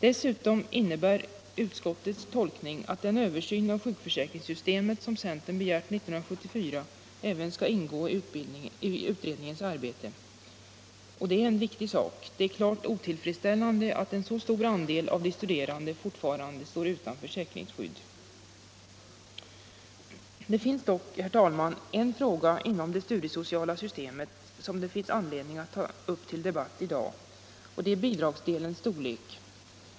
Dessutom innebär utskottets tolkning att en översyn av sjukförsäkringssystemet som centern begärde 1974 även skall ingå i utredningens arbete. Detta är en viktig sak. Det är klart otillfredsställande att en så stor andel av de studerande fortfarande står utan försäkringsskydd. Det finns dock, herr talman, en fråga inom det studiesociala systemet som det är anledning att ta upp till debatt i dag, och det är bidragsdelens storlek.